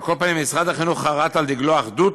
על כל פנים, משרד החינוך חרת על דגלו אחדות,